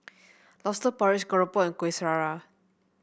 lobster porridge keropok and Kueh Syara